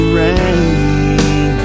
rain